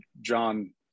John